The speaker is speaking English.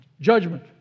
judgment